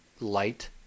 light